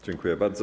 Dziękuję bardzo.